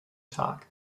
tag